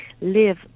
live